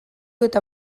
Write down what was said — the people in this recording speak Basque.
eta